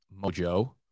Mojo